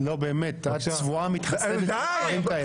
לא, באמת, את צבועה מתחסדת שאין דברים כאלה.